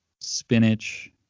spinach